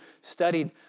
studied